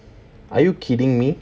are you kidding me